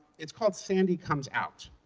it's called sandy comes out.